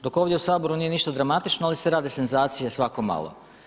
Dok ovdje u Saboru nije ništa dramatično, ali se rade senzacije svako malo.